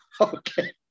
Okay